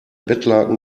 bettlaken